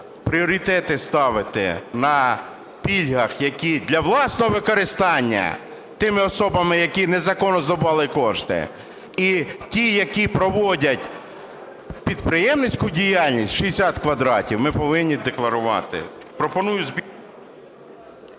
пріоритети ставити на пільгах, які для власного використання тими особами, які незаконно здобували кошти, і ті, які проводять підприємницьку діяльність, 60 квадратів ми повинні декларувати. Пропоную...